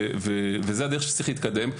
וזה הרך שצריך להתקדם.